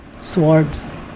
Swords